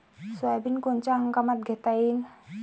Soybean कोनच्या हंगामात घेता येईन?